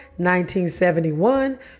1971